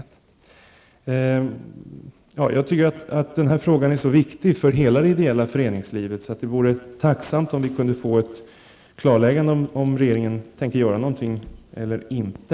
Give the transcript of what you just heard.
Jag tycker att den här frågan är så viktig för hela det ideella föreningslivet att det vore tacksamt om vi kunde få ett klarläggande om regeringen tänker göra någonting eller inte.